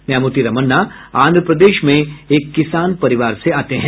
न्यायमूर्ति रमन्ना आंध्रप्रदेश में किसान परिवार से हैं